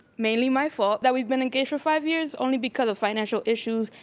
mainly my fault that we've been engaged for five years, only because of financial issues,